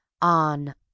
On